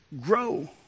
grow